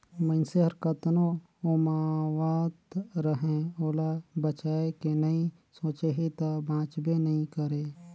मइनसे हर कतनो उमावत रहें ओला बचाए के नइ सोचही त बांचबे नइ करे